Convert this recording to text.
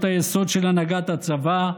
בשאלות היסוד של הנהגת הצבא,